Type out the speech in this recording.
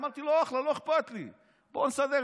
אמרתי לו: אחלה, לא אכפת לי, בוא נסדר.